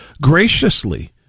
graciously